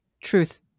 truth